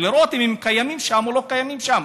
ונראה אם הם קיימים שם או לא קיימים שם.